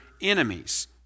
enemies